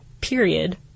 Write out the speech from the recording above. period